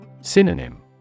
Synonym